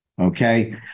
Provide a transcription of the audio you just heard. okay